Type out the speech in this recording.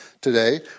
today